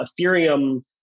Ethereum